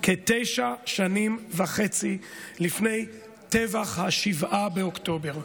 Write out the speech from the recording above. כתשע שנים וחצי לפני טבח 7 באוקטובר,